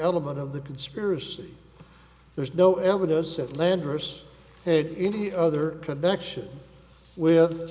any element of the conspiracy there's no evidence that lenders paid any other connection with